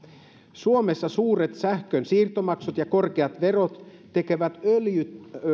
suomessa suuret sähkönsiirtomaksut ja korkeat verot tekevät öljystä